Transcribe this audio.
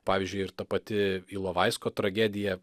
pavyzdžiui ir ta pati ilovaisko tragedija